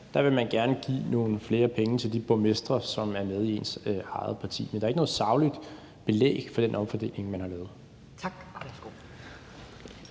vil man gerne give nogle flere penge til de borgmestre, som er med i ens eget parti. Men der er ikke noget sagligt belæg for den omfordeling, man har lavet. Kl.